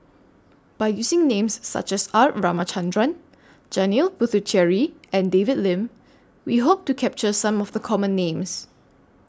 By using Names such as R Ramachandran Janil Puthucheary and David Lim We Hope to capture Some of The Common Names